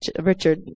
Richard